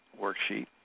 worksheet